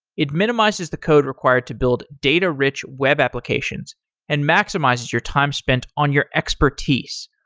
it minimizes the code required to build data-rich web applications and maximizes your time spent on your expertise.